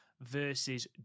versus